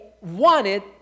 wanted